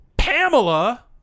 Pamela